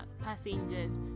passengers